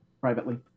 privately